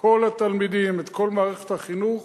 כל התלמידים, כל מערכת החינוך